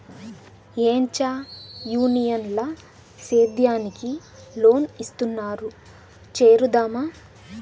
ఏంచా యూనియన్ ల సేద్యానికి లోన్ ఇస్తున్నారు చేరుదామా